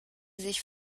sich